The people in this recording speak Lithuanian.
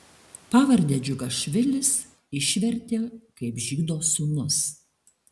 pavardę džiugašvilis išvertė kaip žydo sūnus